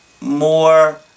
more